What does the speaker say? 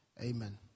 amen